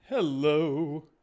Hello